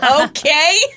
Okay